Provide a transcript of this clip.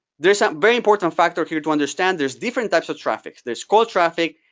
there's a very important factor here to understand. there's different types of traffic. there's cold traffic,